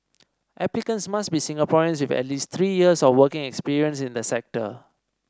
applicants must be Singaporeans with at least three years of working experience in the sector